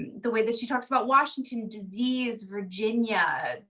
the way that she talked about washington, disease, virginia,